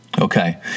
Okay